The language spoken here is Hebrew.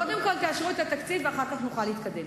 קודם כול תאשרו את התקציב, ואחר כך נוכל להתקדם.